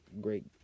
great